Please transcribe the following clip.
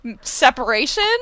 separation